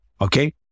Okay